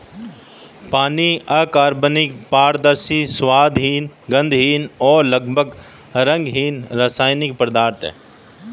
पानी अकार्बनिक, पारदर्शी, स्वादहीन, गंधहीन और लगभग रंगहीन रासायनिक पदार्थ है